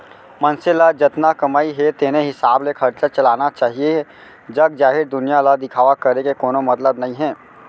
मनसे ल जतना कमई हे तेने हिसाब ले खरचा चलाना चाहीए जग जाहिर दुनिया ल दिखावा करे के कोनो मतलब नइ हे